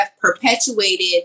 perpetuated